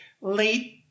late